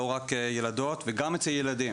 לא רק ילדות וגם אצל הנערים,